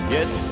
Yes